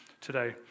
today